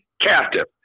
captive